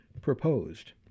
proposed